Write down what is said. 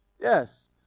Yes